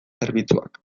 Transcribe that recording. zerbitzuak